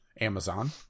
Amazon